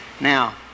Now